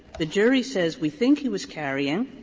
the jury says we think he was carrying,